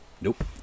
Nope